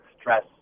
Stress